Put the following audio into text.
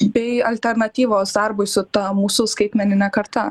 bei alternatyvos darbui su ta mūsų skaitmenine karta